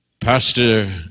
Pastor